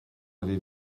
avez